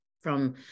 from-